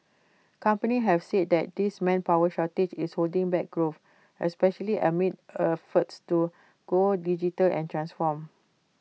companies have said that this manpower shortage is holding back growth especially amid efforts to go digital and transform